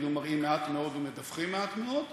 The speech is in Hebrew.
היו מראים מעט מאוד ומדווחים מעט מאוד,